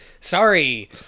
Sorry